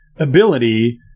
ability